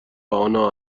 آنا